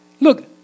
Look